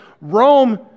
Rome